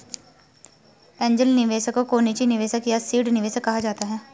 angel निवेशक को निजी निवेशक या सीड निवेशक कहा जाता है